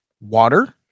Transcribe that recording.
water